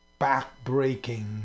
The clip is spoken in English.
backbreaking